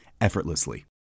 effortlessly